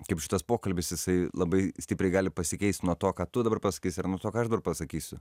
kaip šitas pokalbis jisai labai stipriai gali pasikeist nuo to ką tu dabar pasakys ar nuo to ką aš dar pasakysiu